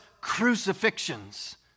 crucifixions